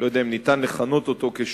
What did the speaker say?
אני לא יודע אם ניתן לכנות אותו שופט,